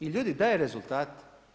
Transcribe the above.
I ljudi, daje rezultate.